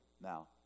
Now